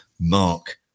Mark